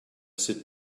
sit